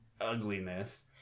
ugliness